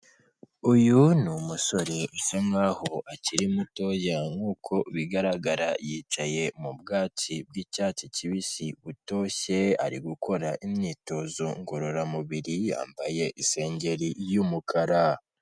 Uyu ni umusore usa nkaho akiri mutoya nk'uko bigaragara yicaye mu byatsi bw'icyatsi kibisi butoshye, ari gukora imyitozo ngororamubiri yambaye isengeri y'umukara.